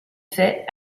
fait